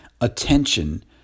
attention